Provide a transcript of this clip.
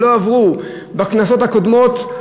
שלא עברו בכנסות הקודמות,